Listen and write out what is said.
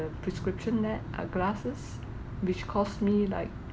prescription lens uh glasses which cost me like